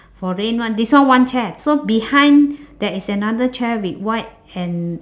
for rain one this one one chair so behind there is another chair with white and